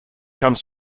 comes